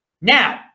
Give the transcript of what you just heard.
Now